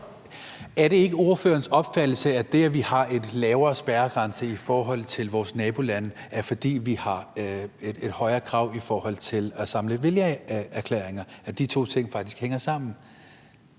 Er det ikke ordførerens opfattelse, at det, at vi har en lavere spærregrænse end vores nabolande, skyldes, at vi stiller et højere krav til at indsamle vælgererklæringer, og at de to ting faktisk hænger sammen?